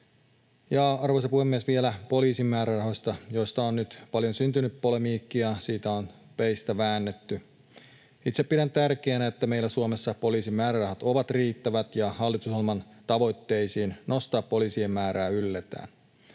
Ja, arvoisa puhemies, vielä poliisin määrärahoista, joista on nyt paljon syntynyt polemiikkia, siitä on peistä väännetty. Itse pidän tärkeänä, että meillä Suomessa poliisin määrärahat ovat riittävät ja hallitusohjelman tavoitteisiin nostaa poliisien määrää ylletään.